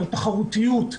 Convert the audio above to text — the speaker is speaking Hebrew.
על תחרותיות,